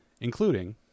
including